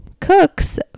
cooks